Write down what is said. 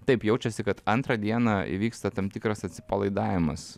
taip jaučiasi kad antrą dieną įvyksta tam tikras atsipalaidavimas